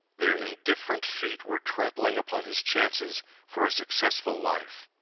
their indifferent feet were trampling upon his chances for a successful life.